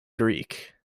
greek